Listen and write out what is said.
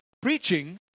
preaching